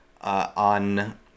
on